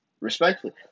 respectfully